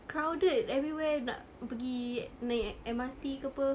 crowded everywhere nak pergi naik M_R_T ke apa